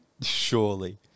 Surely